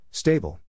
Stable